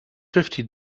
fifty